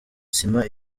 sima